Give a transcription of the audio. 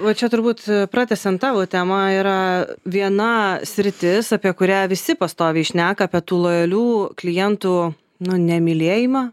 va čia turbūt pratęsiant tavo temą yra viena sritis apie kurią visi pastoviai šneka apie tų lojalių klientų nu nemylėjimą